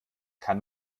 kann